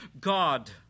God